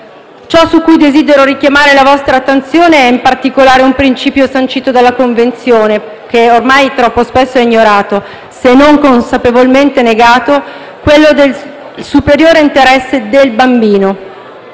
Ciò su cui desidero richiamare la vostra attenzione è, in particolare, un principio sancito dalla Convenzione, che ormai troppo spesso è ignorato, se non consapevolmente negato: quello del superiore interesse del bambino.